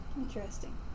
Interesting